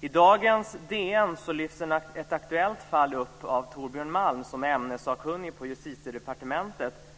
I dagens DN lyfts ett aktuellt fall upp av Torbjörn Malm, som är ämnessakkunnig på Justitiedepartementet.